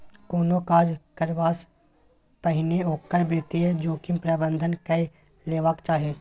कोनो काज करबासँ पहिने ओकर वित्तीय जोखिम प्रबंधन कए लेबाक चाही